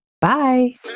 Bye